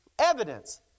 evidence